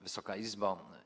Wysoka Izbo!